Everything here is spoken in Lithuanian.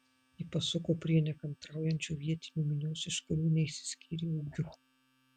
ji pasuko prie nekantraujančių vietinių minios iš kurių neišsiskyrė ūgiu